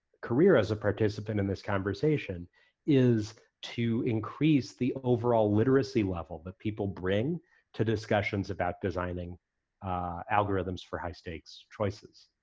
career as a participant in this conversation is to increase the overall literacy level that people bring to discussions about designing algorithms for high stakes choices.